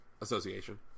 association